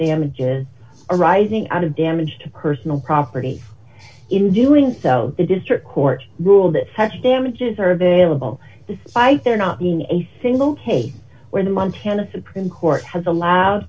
damages arising out of damage to personal property in doing so the district court ruled that such damages are available despite there not being a single case where the montana supreme court has allowed